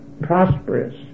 prosperous